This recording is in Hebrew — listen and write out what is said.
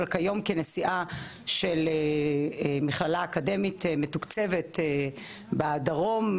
אבל כיום כנשיאה של מכללה אקדמית מתוקצבת בדרום,